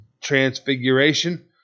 Transfiguration